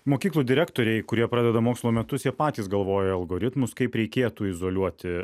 mokyklų direktoriai kurie pradeda mokslo metus jie patys galvoja algoritmus kaip reikėtų izoliuoti